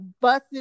buses